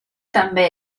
també